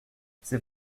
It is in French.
c’est